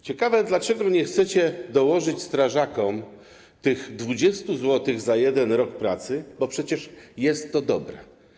Ciekawe, dlaczego nie chcecie dołożyć strażakom tych 20 zł za 1 rok pracy - bo przecież jest to dobre.